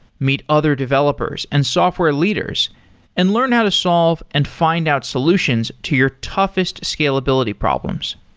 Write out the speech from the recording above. meet other developers and software leaders and learn how to solve and find out solutions to your toughest scalability problems.